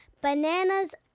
Bananas